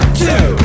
two